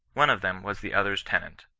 one of them was the other's tenant.